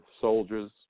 soldiers